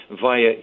via